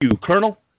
Colonel